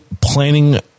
planning